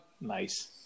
Nice